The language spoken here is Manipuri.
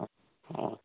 ꯑꯥ ꯑꯥ